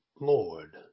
Lord